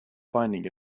finding